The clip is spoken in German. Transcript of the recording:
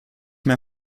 mehr